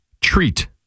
treat